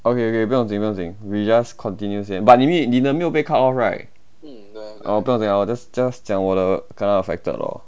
okay okay 不用紧不用紧 we just continue 先 but 你没你的没有被 cut off right orh 不用紧啊 just 讲我的 kena affected lor